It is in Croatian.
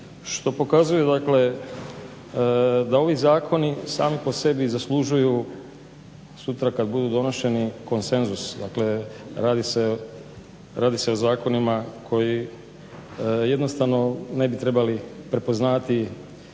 što pokazuje da ovi zakoni sami po sebi zaslužuju sutra kada budu donošeni konsenzus dakle radi se o zakonima koji jednostavno ne bi trebali prepoznati